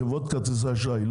חברות כרטיסי האשראי,